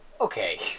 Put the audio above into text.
okay